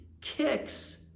kicks